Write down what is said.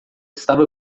estava